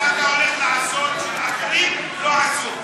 מה אתה הולך לעשות שאחרים לא עשו?